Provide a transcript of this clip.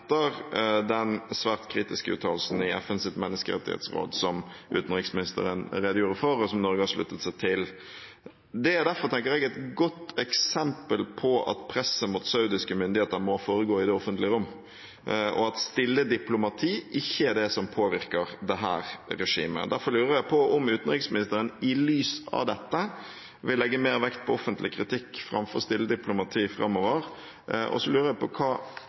etter den svært kritiske uttalelsen i FNs menneskerettighetsråd, som utenriksministeren redegjorde for, og som Norge har sluttet seg til. Det er derfor, tenker jeg, et godt eksempel på at presset mot saudiske myndigheter må foregå i det offentlige rom, og at stille diplomati ikke er det som påvirker dette regimet. Derfor lurer jeg på om utenriksministeren i lys av dette vil legge mer vekt på offentlig kritikk framfor stille diplomati framover. Og så lurer jeg på hva